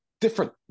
Different